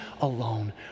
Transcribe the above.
alone